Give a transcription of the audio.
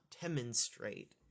demonstrate